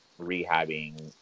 rehabbing